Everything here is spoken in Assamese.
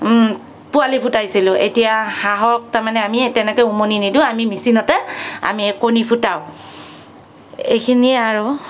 পোৱালী ফুটাইছিলোঁ এতিয়া হাঁহক তাৰমানে আমি তেনেকৈ উমনি নিদিওঁ আমি মেচিনতে আমি কণী ফুটাও এইখিনিয়ে আৰু